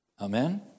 Amen